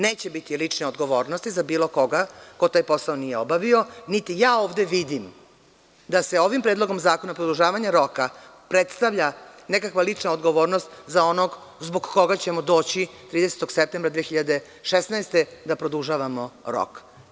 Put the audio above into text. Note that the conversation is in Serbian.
Neće biti lične odgovornosti za bilo koga ko taj posao nije obavio, niti ja ovde vidim da se ovim predlogom zakona produžavanja roka predstavlja nekakva lična odgovornost za onog zbog koga ćemo doći 30. septembra 2016. godine da produžavamo rok.